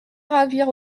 ravir